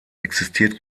existiert